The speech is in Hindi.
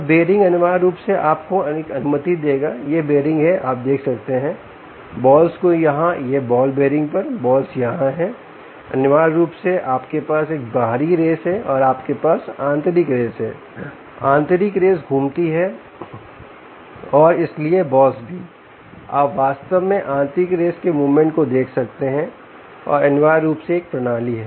तो बीयरिंग अनिवार्य रूप से आपको अनुमति देगा यह बीयरिंग है आप देख सकते हैं बॉल्स को यहां बॉल बीयरिंग पर बॉल्स यहां है अनिवार्य रूप से आपके पास एक बाहरी रेस है और आपके पास आंतरिक रेस है आंतरिक रेस घूमती है और इसलिए बॉल्स भी आप वास्तव में आंतरिक रेस के मूवमेंट को देख सकते हैं और अनिवार्य रूप से एक प्रणाली है